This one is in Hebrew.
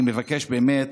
אני מבקש באמת,